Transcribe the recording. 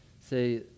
say